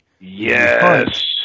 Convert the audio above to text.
Yes